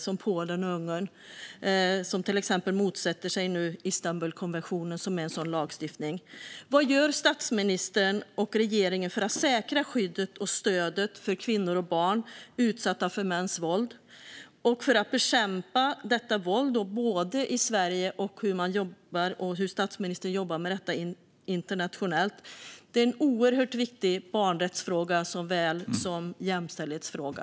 Det gäller till exempel Polen och Ungern som nu motsätter sig Istanbulkonventionen, som är en sådan lagstiftning. Vad gör statsministern och regeringen för att säkra skyddet och stödet för kvinnor och barn som utsätts för mäns våld och för att bekämpa detta våld? Det gäller både i Sverige och hur statsministern jobbar med detta internationellt sett. Det här är en oerhört viktig barnrätts och jämställdhetsfråga.